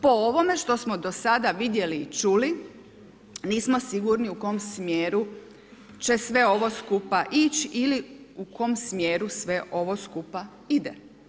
Po ovome što smo do sada vidjeli i čuli nismo sigurni u kojem smjeru će sve ovo skupa ić ili u kom smjeru sve ovo skupa ide.